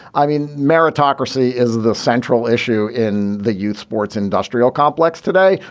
i mean meritocracy is the central issue in the youth sports industrial complex today.